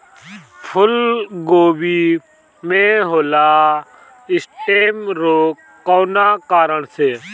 फूलगोभी में होला स्टेम रोग कौना कारण से?